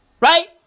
right